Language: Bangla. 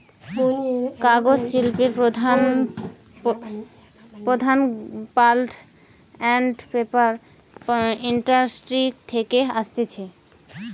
কাগজ শিল্প প্রধানত পাল্প আন্ড পেপার ইন্ডাস্ট্রি থেকে আসতিছে